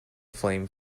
flame